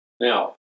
Now